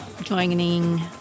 joining